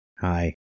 hi